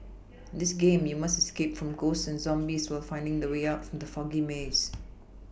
this game you must escape from ghosts and zombies while finding the way out from the foggy maze